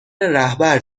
رهبر